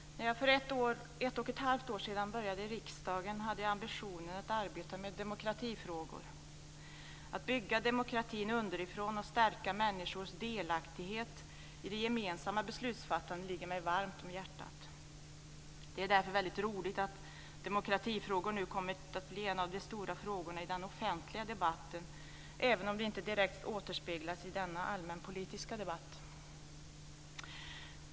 Fru talman! När jag för ett och ett halvt år sedan började i riksdagen hade jag ambitionen att arbeta med demokratifrågor. Att bygga demokratin underifrån och stärka människors delaktighet i det gemensamma beslutsfattandet ligger mig varmt om hjärtat. Det är därför väldigt roligt att demokratifrågor nu kommit att bli en av de stora frågorna i den offentliga debatten, även om det inte direkt återspeglas i denna allmänpolitiska debatt.